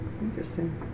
Interesting